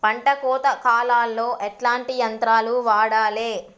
పంట కోత కాలాల్లో ఎట్లాంటి యంత్రాలు వాడాలే?